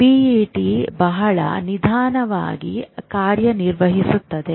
PET ಬಹಳ ನಿಧಾನವಾಗಿ ಕಾರ್ಯನಿರ್ವಹಿಸುತ್ತದೆ